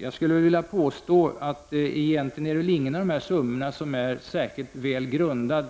Jag skulle vilja påstå att inte någon av dessa summor är särskilt väl grundad.